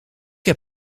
heb